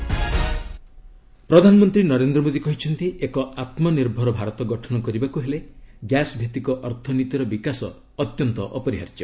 PM gas pipeline ପ୍ରଧାନମନ୍ତ୍ରୀ ନରେନ୍ଦ୍ର ମୋଦୀ କହିଛନ୍ତି ଏକ ଆତ୍ମନିର୍ଭର ଭାରତ ଗଠନ କରିବାକୁ ହେଲେ ଗ୍ୟାସ୍ ଭିଭିକ ଅର୍ଥନୀତିର ବିକାଶ ଅତ୍ୟନ୍ତ ଅପରିହାର୍ଯ୍ୟ